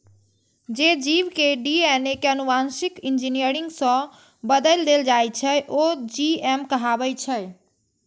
जे जीव के डी.एन.ए कें आनुवांशिक इंजीनियरिंग सं बदलि देल जाइ छै, ओ जी.एम कहाबै छै